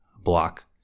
block